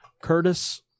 Curtis